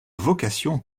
vocation